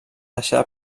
deixar